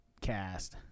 cast